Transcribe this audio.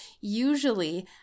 usually